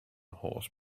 horse